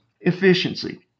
Efficiency